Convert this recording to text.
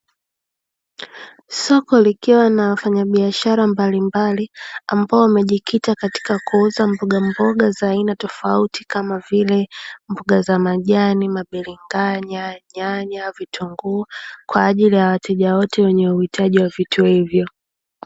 Soko likiwa na wafanyabiashara mbalimbali ambao wamejikita katika kuuza mboga mboga za aina tofauti kama vile mboga za majani, biringanya, nyanya, na vitunguu kwa ajili ya wateja wote wenye uhitaji wa vitu hivyo.